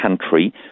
country